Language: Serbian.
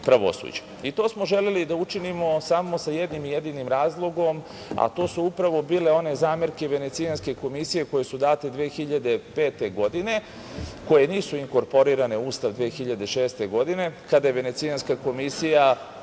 To smo želeli da učinimo samo sa jednim jedinim razlogom, a to su upravo bile one zamerke Venecijanske komisije koje su date 2005. godine, koje nisu inkorporirane u Ustav 2006. godine kada je Venecijanska komisija